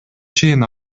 чейин